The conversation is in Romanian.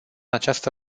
această